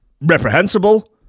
reprehensible